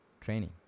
training